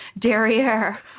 derriere